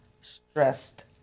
stressed